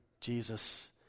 Jesus